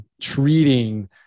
treating